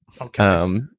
Okay